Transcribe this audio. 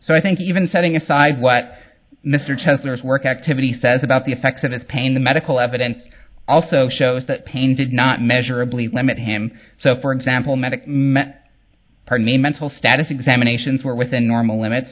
so i think even setting aside what mr chester's work activity says about the effects of his pain the medical evidence also shows that pain did not measurably limit him so for example medic met parnay mental status examinations were within normal limits